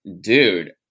dude